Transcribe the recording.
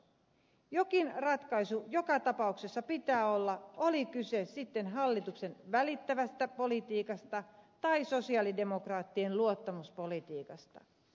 jokin ratkaisu joka tapauksessa pitää olla oli kyse sitten hallituksen välittävästä politiikasta tai sosialidemokraattien luottamuspolitiikasta